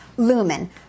Lumen